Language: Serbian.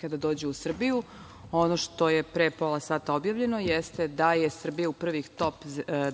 kada dođu u Srbiju. Ono što je pre pola sata objavljeno, jeste da je Srbija u prvih top